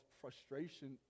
frustration